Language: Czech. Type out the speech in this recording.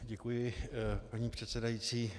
Děkuji, paní předsedající.